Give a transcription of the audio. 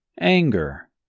anger